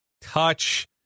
touch